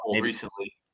recently